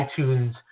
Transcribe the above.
iTunes